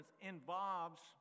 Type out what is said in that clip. involves